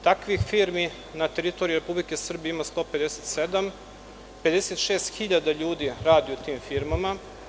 Takvih firmi na teritoriji Republike Srbije ima 157, 56.000 ljudi radi u tim firmama.